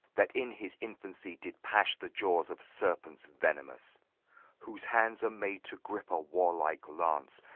that in his infancy did pash the jaws of serpents venomous whose hands are made to gripe a warlike lance,